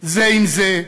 זה עם זה.